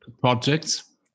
projects